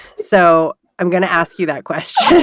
so i'm going to ask you that question